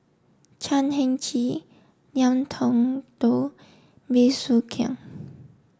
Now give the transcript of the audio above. Chan Heng Chee Ngiam Tong Dow Bey Soo Khiang